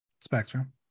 spectrum